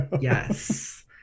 Yes